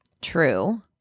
True